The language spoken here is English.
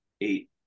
eight